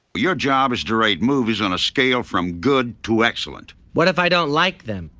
your job is to rate movies on a scale from good to excellent. what if i don't like them?